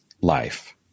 life